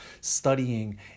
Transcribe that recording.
studying